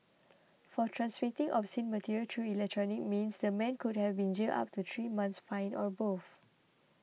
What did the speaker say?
for transmitting obscene material through electronic means the man could have been jailed up to three months fined or both